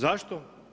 Zašto?